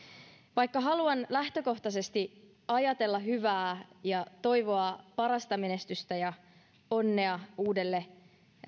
vaikka haluan lähtökohtaisesti ajatella hyvää ja toivoa parasta menestystä ja onnea uudelle